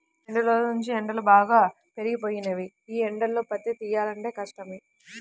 రెండ్రోజుల్నుంచీ ఎండలు బాగా పెరిగిపోయినియ్యి, యీ ఎండల్లో పత్తి తియ్యాలంటే కష్టమే